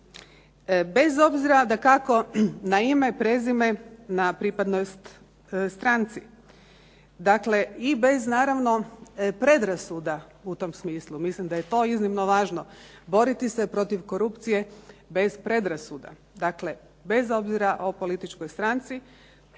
Bez obzira dakako na ime, prezime, na pripadnost stranci, dakle i bez naravno predrasuda u tom smislu, mislim da je to iznimno važno, boriti se protiv korupcije bez predrasuda, dakle bez obzira o političkoj stranci